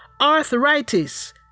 arthritis